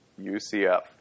UCF